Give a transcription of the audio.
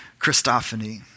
Christophany